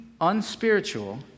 unspiritual